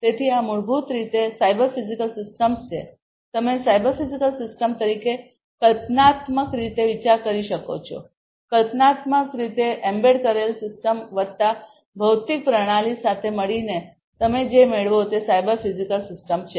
તેથી આ મૂળભૂત રીતે સાયબર ફિઝિકલ સિસ્ટમ્સ છે તમે સાયબર ફિઝિકલ સિસ્ટમ તરીકે કલ્પનાત્મક રીતે વિચાર કરી શકો છો કલ્પનાત્મક રીતે એમ્બેડ કરેલ સિસ્ટમ વત્તા ભૌતિક પ્રણાલી સાથે મળીને તમે જે મેળવો તે સાયબર ફિઝિકલ સિસ્ટમ છે